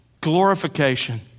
glorification